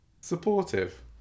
Supportive